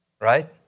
Right